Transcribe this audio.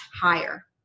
higher